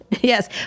Yes